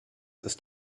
ist